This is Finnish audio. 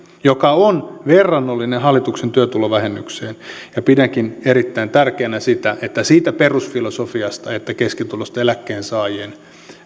joka on verrannollinen hallituksen työtulovähennykseen ja pidänkin erittäin tärkeänä sitä että siitä perusfilosofiasta että keskituloisten eläkkeensaajien